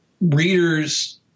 readers